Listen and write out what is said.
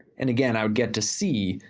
and, again, i would get to see,